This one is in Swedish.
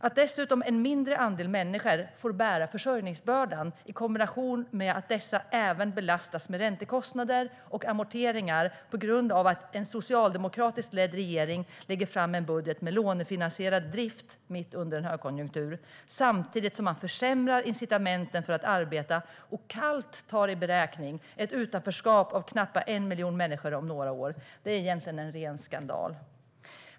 Att dessutom en mindre andel människor får bära försörjningsbördan i kombination med att dessa även belastas med räntekostnader och amorteringar på grund av att en socialdemokratiskt ledd regering lägger fram en budget med lånefinansierad drift mitt under en högkonjunktur samtidigt som man försämrar incitamenten för att arbeta och kallt tar i beräkning ett utanförskap av knappt 1 miljon människor om några år är egentligen en ren skandal.